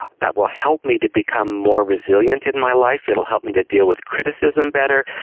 that will help me to become more resilient in my life, it will help me to deal with criticism better,